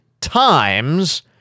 times